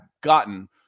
gotten